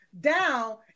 down